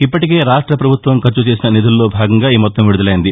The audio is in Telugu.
ఇప్పటికే రాష్ట పభుత్వం ఖర్చు చేసిన నిధుల్లో భాగంగా ఈ మొత్తం విడుదలైంది